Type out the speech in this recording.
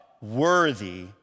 worthy